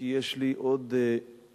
כי יש לי עוד הסתייגות,